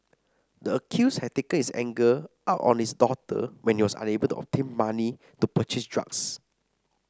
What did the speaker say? the accused had taken his anger out on his daughter when he was unable to obtain money to purchase drugs